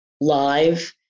live